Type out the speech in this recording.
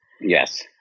Yes